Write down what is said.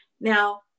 Now